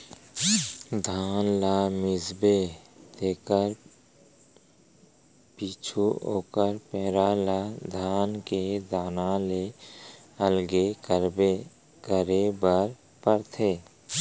धान ल मिसबे तेकर पीछू ओकर पैरा ल धान के दाना ले अलगे करे बर परथे